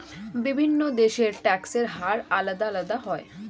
বিভিন্ন দেশের ট্যাক্সের হার আলাদা আলাদা হয়